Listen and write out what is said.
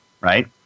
right